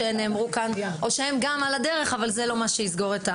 שנאמרו כאן או שהם גם על הדרך אבל זה לא מה שיסגור את הפער.